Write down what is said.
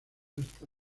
hasta